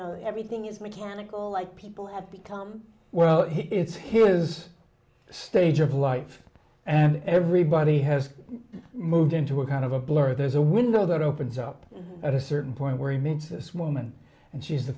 know everything is mechanical like people have become well it's his stage of life and everybody has moved into a kind of a blur there's a window that opens up at a certain point where he meets this woman and she's the